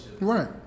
Right